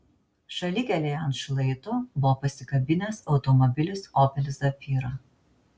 šalikelėje ant šlaito buvo pasikabinęs automobilis opel zafira